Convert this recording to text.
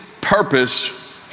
purpose